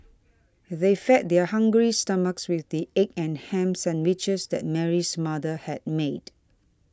they fed their hungry stomachs with the egg and ham sandwiches that Mary's mother had made